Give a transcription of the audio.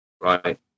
right